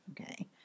Okay